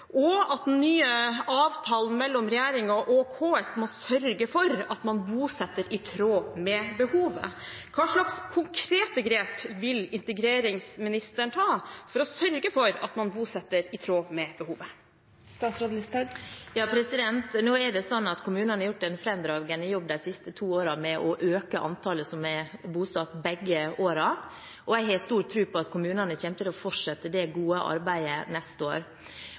og at med den nye avtalen mellom regjeringen og KS må man sørge for at man bosetter i tråd med behovet. Hva slags konkrete grep vil integreringsministeren ta for å sørge for at man bosetter i tråd med behovet? Nå er det slik at kommunene har gjort en fremragende jobb begge de siste to årene med å øke antallet som er bosatt, og jeg har stor tro på at kommunene kommer til å fortsette det gode arbeidet neste år.